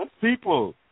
People